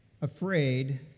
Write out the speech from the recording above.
afraid